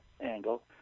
angle